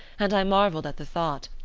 and i marvelled at the thought,